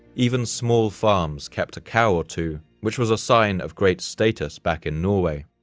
even small farms kept a cow or two which was a sign of great status back in norway.